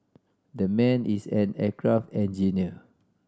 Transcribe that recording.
the man is an aircraft engineer